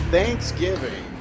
Thanksgiving